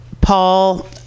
Paul